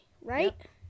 right